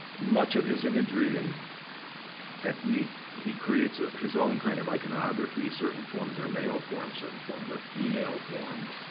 much of his imagery and technique, he creates ah his own kind of iconography. certain forms are male forms. certain forms are female forms.